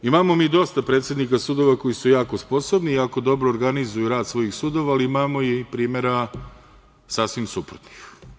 Imamo mi dosta predsednika sudova koji su jako sposobni i jako dobro organizuju rad sudova ali imamo i primera sasvim suprotnih.